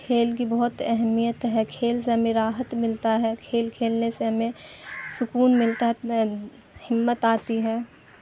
کھیل کی بہت اہمیت ہے کھیل سے ہمیں راحت ملتا ہے کھیل کھیلنے سے ہمیں سکون ملتا ہے اپنے اندر ہمت آتی ہے